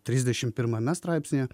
trisdešim pirmame straipsnyje